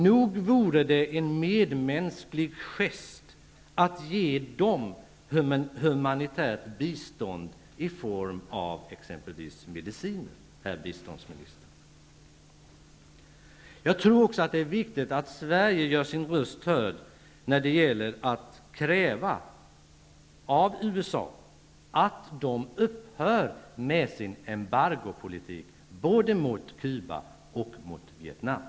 Nog vore det en medmänsklig gest att ge dem humanitärt bistånd i form av t.ex. Jag tror också att det är viktigt att Sverige gör sin röst hörd när det gäller att kräva av USA att man skall upphöra med sin embargopolitik, både mot Cuba och mot Vietnam.